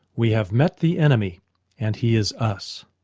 we have met the enemy and he is us.